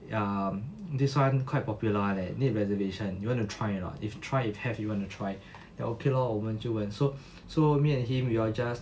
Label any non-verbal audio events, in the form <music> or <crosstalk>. ya mm this [one] quite popular [one] leh need reservation you want to try or not if try if have you want to try <breath> then okay lor 我们就问 so